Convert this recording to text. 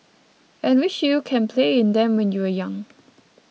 and wish you can play in them when you were young